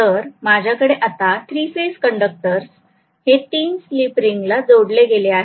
तर माझ्याकडे आता थ्री फेज कंडक्टर्स हे तीन स्लिप रिंगला जोडले गेले आहेत